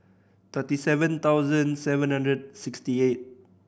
thirty seven thousand seven hundred sixty eight